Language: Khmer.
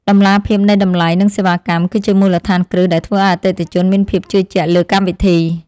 តម្លាភាពនៃតម្លៃនិងសេវាកម្ម គឺជាមូលដ្ឋានគ្រឹះដែលធ្វើឱ្យអតិថិជនមានភាពជឿជាក់លើកម្មវិធី។